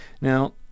now